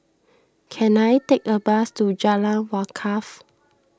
can I take a bus to Jalan Wakaff